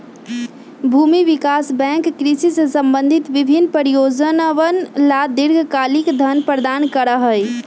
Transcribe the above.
भूमि विकास बैंक कृषि से संबंधित विभिन्न परियोजनअवन ला दीर्घकालिक धन प्रदान करा हई